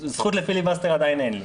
זכות לפיליבסטר עדיין אין לי.